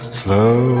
slow